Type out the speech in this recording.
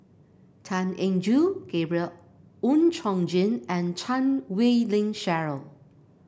Tan Eng Joo Gabriel Oon Chong Jin and Chan Wei Ling Cheryl